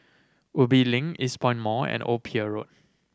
Ubi Link Eastpoint Mall and Old Pier Road